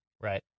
Right